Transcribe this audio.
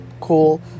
Cool